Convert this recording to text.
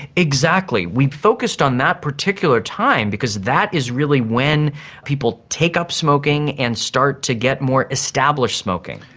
exactly, we'd focused on that particular time because that is really when people take up smoking and start to get more established smoking.